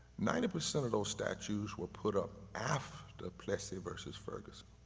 ninety percent of those statues were put up after plessy versus ferguson,